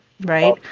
right